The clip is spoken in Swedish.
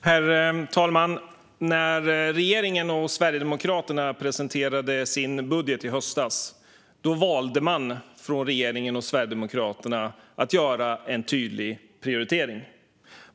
Herr talman! När regeringen och Sverigedemokraterna presenterade sin budget i höstas valde de att göra en tydlig prioritering.